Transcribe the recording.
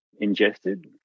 ingested